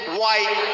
white